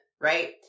right